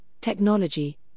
technology